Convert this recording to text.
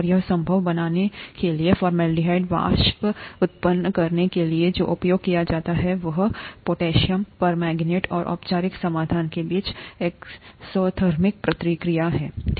और यह संभव बनाने के लिए फॉर्मलाडेहाइड वाष्प उत्पन्न करने के लिए जो उपयोग किया जाता है वह पोटेशियम परमैंगनेट और औपचारिक समाधान के बीच एक्सोथर्मिक प्रतिक्रिया है